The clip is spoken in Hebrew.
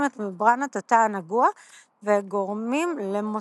את ממברנת התא הנגוע וגורמים למותו.